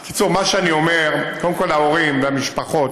בקיצור, מה שאני אומר: קודם כול, ההורים והמשפחות,